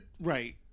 right